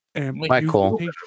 Michael